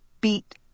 beat